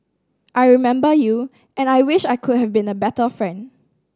I remember you and I wish I could have been a better friend